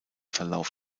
verlauf